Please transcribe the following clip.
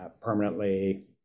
permanently